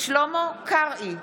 שלמה קרעי,